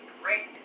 great